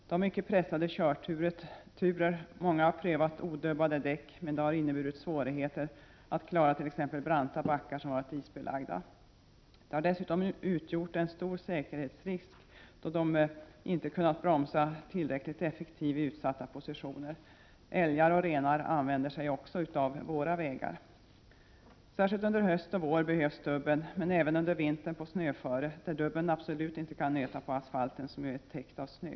De har mycket pressade körturer, många har prövat odubbade däck, men det har inneburit svårigheter att klara t.ex. branta backar som varit isbelagda. De har dessutom utgjort en stor säkerhetsrisk, då de inte kunnat bromsa tillräckligt effektivt i utsatta positioner. Älgar och renar använder sig också av våra vägar. Särskilt under höst och vår behövs dubben, men även under vintern på snöföre, där dubben absolut inte kan nöta på asfalten, som ju är täckt av snö.